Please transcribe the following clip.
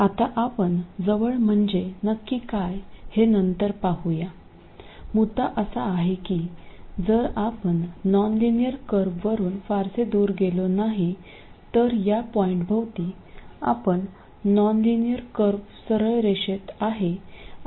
आता आपण जवळ म्हणजे नक्की काय हे नंतर पाहूया मुद्दा असा आहे की जर आपण नॉनलिनियर कर्ववरून फारसे दूर गेलो नाही तर या पॉईंटभोवती आपण नॉनलिनियर कर्व सरळ रेष आहे असा अंदाज करू शकतो